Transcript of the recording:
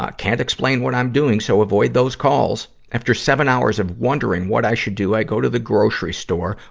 ah can't explain what i'm doing, so avoid those calls. after seven hours of wondering what i should do, i go to the grocery store,